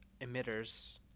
emitters